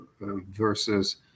versus